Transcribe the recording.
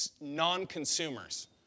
non-consumers